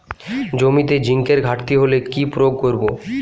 জমিতে জিঙ্কের ঘাটতি হলে কি প্রয়োগ করব?